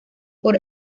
por